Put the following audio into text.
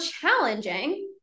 challenging